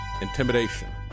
intimidation